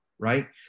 right